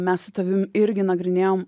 mes su tavim irgi nagrinėjom